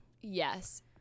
Yes